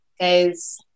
guys